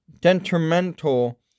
detrimental